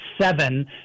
seven